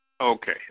Okay